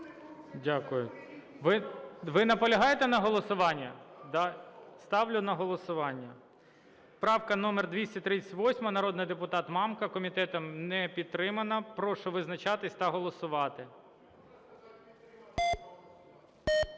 Дякую. Ви наполягаєте на голосуванні? Да? Ставлю на голосування. Правка номер 238, народний Мамка. Комітетом не підтримана. Прошу визначатись та голосувати.